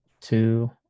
two